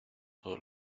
todo